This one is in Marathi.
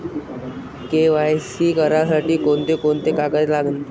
के.वाय.सी करासाठी कोंते कोंते कागद लागन?